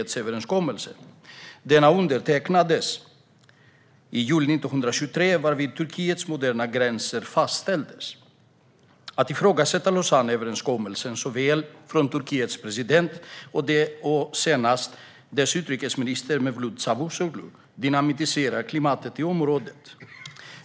Denna överenskommelse undertecknades i juli 1923, varvid Turkiets moderna gränser fastställdes. Att såväl Turkiets president som, nu senast, landets utrikesminister Mevlüt Çavusoglu ifrågasätter Lausanneöverenskommelsen är som dynamit för klimatet i området.